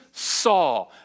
Saw